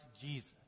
Jesus